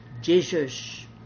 Jesus